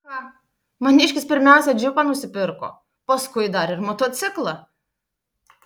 cha maniškis pirmiausia džipą nusipirko paskui dar ir motociklą